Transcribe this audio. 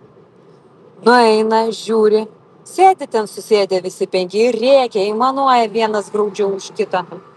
nueina žiūri sėdi ten susėdę visi penki ir rėkia aimanuoja vienas graudžiau už kitą